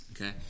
Okay